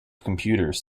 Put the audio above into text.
computers